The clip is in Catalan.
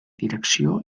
direcció